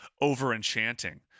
over-enchanting